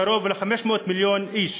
קרוב ל-500 מיליון איש.